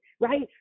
right